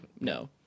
no